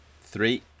Three